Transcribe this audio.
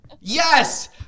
Yes